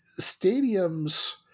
stadiums